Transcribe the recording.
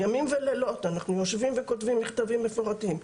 ימים ולילות אנחנו יושבים וכותבים מכתבים מפורטים.